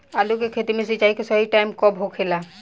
आलू के खेती मे सिंचाई के सही टाइम कब होखे ला?